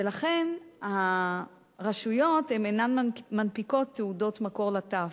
ולכן הרשויות אינן מנפיקות תעודות מקור לטף.